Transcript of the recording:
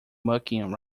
mucking